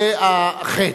זה החטא.